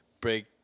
break